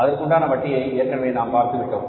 அதற்குண்டான வட்டியை ஏற்கனவே நாம் பார்த்துவிட்டோம்